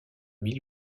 mille